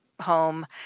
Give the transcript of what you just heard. home